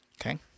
Okay